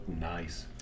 nice